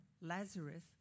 Lazarus